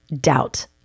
doubt